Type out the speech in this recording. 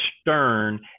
stern